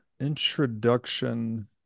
introduction